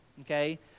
okay